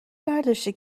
برداشتی